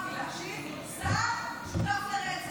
להאשים שר כשותף ברצח.